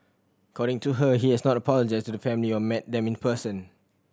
according to her he has not apologised to the family or met them in person